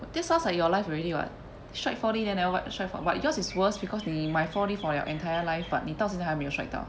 that's sounds like your life already what strike four D then never wi~ stri~ but yours is worse because 你买 four D for your entire life but 你到现在还没有 strike 到